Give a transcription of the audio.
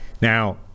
Now